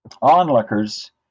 onlookers